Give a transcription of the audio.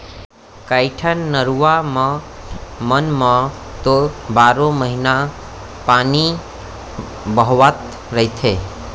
कइठन नरूवा मन म तो बारो महिना पानी बोहावत रहिथे